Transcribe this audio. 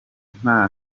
nta